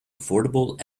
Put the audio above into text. affordable